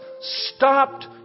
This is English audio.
stopped